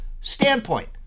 standpoint